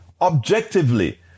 objectively